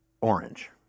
orange